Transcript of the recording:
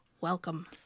welcome